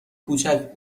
کوچک